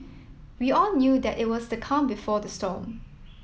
we all knew that it was the calm before the storm